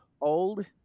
old